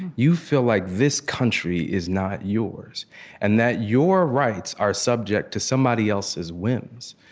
you feel like this country is not yours and that your rights are subject to somebody else's whims.